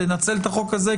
לנצל את החוק הזה,